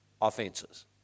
Offenses